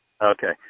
Okay